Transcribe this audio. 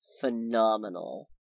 phenomenal